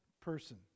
person